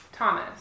Thomas